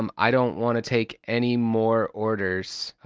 um i don't want to take any more orders. ah,